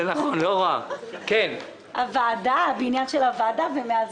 לא יעלה על הדעת שאנחנו מאשרים